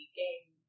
game